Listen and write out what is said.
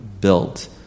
built